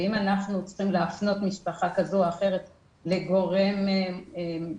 ואם אנחנו צריכים להפנות משפחה כזו או אחרת לגורם כלשהו